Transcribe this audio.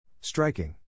Striking